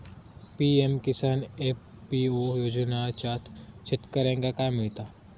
PM Kisan FPO योजनाच्यात शेतकऱ्यांका काय मिळता?